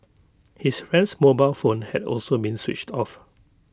his friend's mobile phone had also been switched off